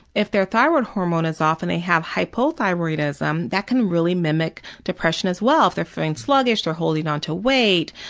if their thyroid hormone is off and they have hypothyroidism, that can really mimic depression as well if they're feeling sluggish or holding on to weight.